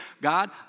God